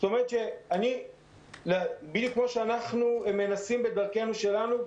בדיוק כפי שאנחנו מנסים בדרכנו שלנו,